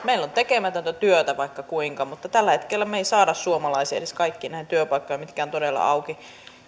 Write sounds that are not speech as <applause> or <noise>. <unintelligible> meillä on tekemätöntä työtä vaikka kuinka mutta tällä hetkellä me emme saa suomalaisia edes kaikkiin näihin työpaikkoihin mitkä ovat todella auki